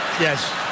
Yes